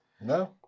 No